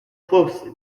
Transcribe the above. closely